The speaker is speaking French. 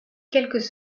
quelques